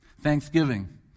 Thanksgiving